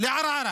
לערערה